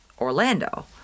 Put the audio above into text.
Orlando